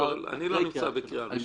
אני לא נמצא בקריאה ראשונה.